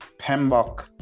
PEMBOK